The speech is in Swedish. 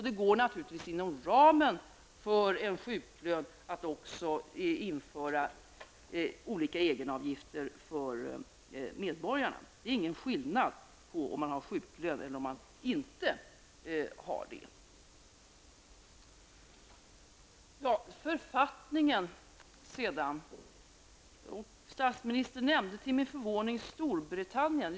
Det går naturligtvis inom ramen för en sjuklön att också införa olika egenavgifter för medborgarna. Det är ingen skillnad, om man har sjuklön eller om man inte har det. Författningen sedan. Statsministern nämnde till min förvåning Storbritannien.